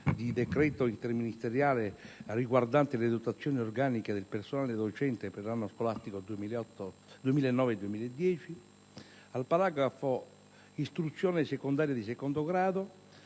di decreto interministeriale riguardante le dotazioni organiche del personale docente per l'anno scolastico 2009-2010, al paragrafo «Istruzione secondaria di II grado»